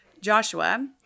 Joshua